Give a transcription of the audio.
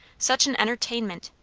such an entertainment!